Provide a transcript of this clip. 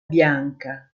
bianca